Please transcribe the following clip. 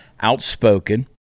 outspoken